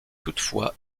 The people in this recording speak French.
toutefois